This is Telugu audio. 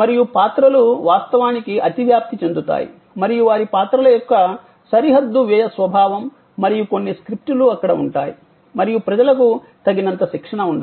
మరియు పాత్రలు వాస్తవానికి అతివ్యాప్తి చెందుతాయి మరియు వారి పాత్రల యొక్క సరిహద్దు వ్యయ స్వభావం మరియు కొన్ని స్క్రిప్ట్లు అక్కడ ఉంటాయి మరియు ప్రజలకు తగినంత శిక్షణ ఉండాలి